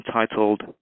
entitled